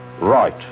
Right